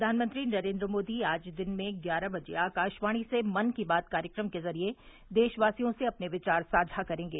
प्रधानमंत्री नरेन्द्र मोदी आज दिन में ग्यारह बजे आकाशवाणी से मन की बात कार्यक्रम के जरिये देशवासियों से अपने विचार साझा करेंगे